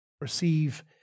Receive